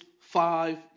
five